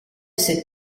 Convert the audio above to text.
cette